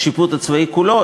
השיפוט הצבאי כולו,